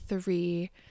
three